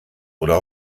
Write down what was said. oder